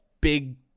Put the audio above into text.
big